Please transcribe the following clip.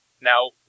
now